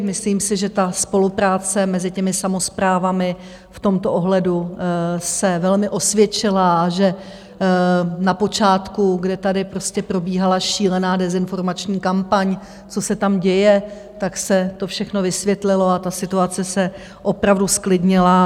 Myslím si, že ta spolupráce mezi těmi samosprávami v tomto ohledu se velmi osvědčila, že na počátku, kdy tady prostě probíhala šílená dezinformační kampaň, co se tam děje, tak se to všechno vysvětlilo a situace se opravdu zklidnila.